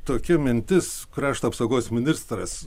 tokia mintis krašto apsaugos ministras